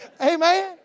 Amen